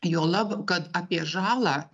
juolab kad apie žalą